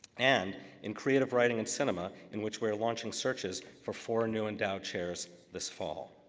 and in creative writing and cinema, in which we are launching searches for four new endowed chairs this fall.